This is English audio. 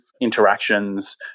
interactions